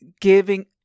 giving